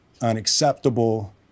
unacceptable